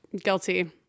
Guilty